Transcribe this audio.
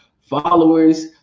followers